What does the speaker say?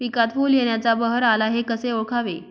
पिकात फूल येण्याचा बहर आला हे कसे ओळखावे?